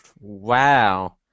wow